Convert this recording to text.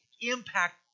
impact